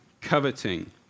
coveting